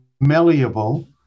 malleable